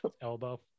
Elbow